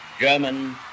German